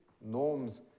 norms